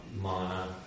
mana